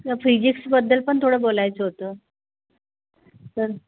फिजिक्सबद्दल पण थोडं बोलायचं होतं तर